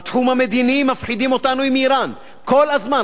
בתחום המדיני מפחידים אותנו עם אירן כל הזמן.